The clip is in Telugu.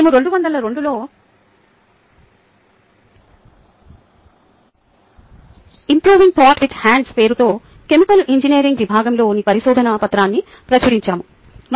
మేము 2002 లో ఇమ్ప్రోవింగ్ థోట్ విత్ హాండ్స్ పేరుతో కెమికల్ ఇంజనీరింగ్ విద్యలో పరిశోధన పత్రాన్ని ప్రచురించాము